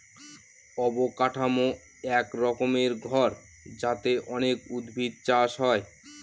অবকাঠামো এক রকমের ঘর যাতে অনেক উদ্ভিদ চাষ হয়